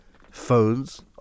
phones